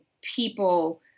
people